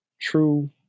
true